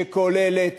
שכוללת